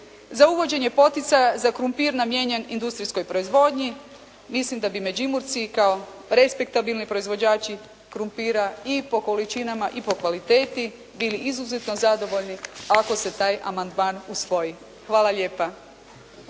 za uvođenje poticaja za krumpir namijenjen industrijskoj proizvodnji. Mislim da bi Međimurci kao respektabilni proizvođači krumpira i po količinama i po kvaliteti bili izuzetno zadovoljni ako se taj amandman usvoji. Hvala lijepa.